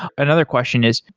another question is,